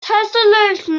tesselation